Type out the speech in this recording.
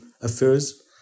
affairs